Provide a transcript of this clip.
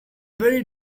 very